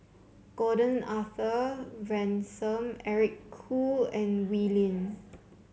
Gordon Arthur Ransome Eric Khoo and Wee Lin